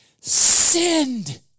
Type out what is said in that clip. sinned